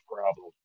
problem